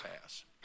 pass